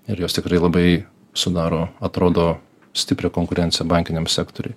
ir jos tikrai labai sudaro atrodo stiprią konkurenciją bankiniam sektoriui